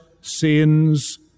sin's